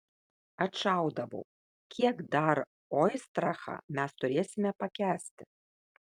atšaudavau kiek dar oistrachą mes turėsime pakęsti